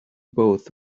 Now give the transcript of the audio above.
both